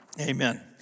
Amen